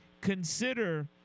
consider